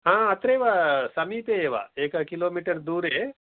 अत्रैव समीपे एव एक किलो मिटर् दूरे